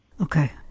okay